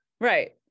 right